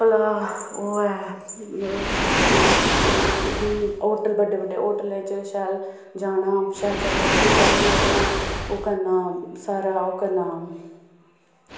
भला ओह् ऐ होटल बड्डे बड्डे होटलें च शैल जाना शैल शैल कपड़े चाहिदे असें ओह् करना सारा ओह् करना